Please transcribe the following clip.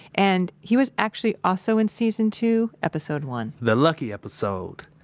and he was actually also in season two, episode one the lucky episode.